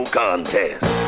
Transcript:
contest